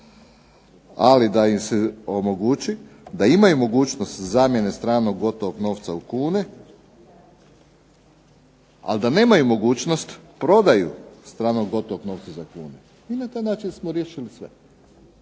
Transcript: ali da im se omogući da imaju mogućnost zamjene stranog gotovog novca u kune ali da nemaju mogućnost stranog gotovog novca za kune. I na taj način smo riješili sve.